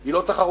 היא לא תחרותית,